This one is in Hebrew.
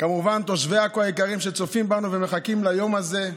כמובן תושבי עכו היקרים שצופים בנו ומחכים ליום הזה,